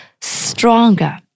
stronger